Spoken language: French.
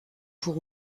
pour